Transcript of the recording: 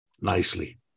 nicely